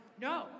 No